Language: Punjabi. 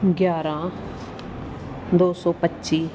ਗਿਆਰ੍ਹਾਂ ਦੋ ਸੌ ਪੱਚੀ